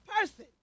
person